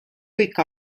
kõik